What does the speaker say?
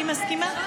אני מסכימה.